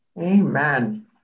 Amen